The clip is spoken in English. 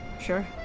Sure